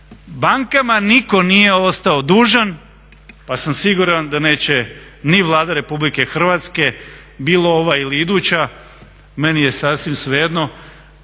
Bankama nitko nije ostao dužan pa sam siguran da neće ni Vlada RH, bilo ova ili iduća, meni je sasvim svejedno,